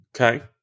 Okay